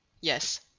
Yes